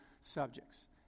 subjects